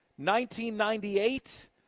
1998